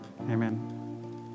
Amen